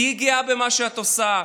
תהיי גאה במה שאת עושה.